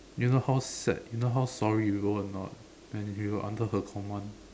you know how sad you know how sorry we were or not when we were under her command